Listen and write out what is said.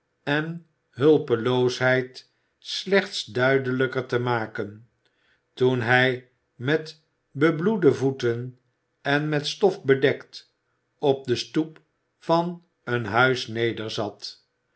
en hulpeloosheid slechts duidelijker te maken toen hij met bebloede voeten en met stof bedekt op de stoep van een huis